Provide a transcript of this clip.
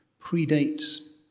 predates